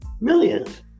millions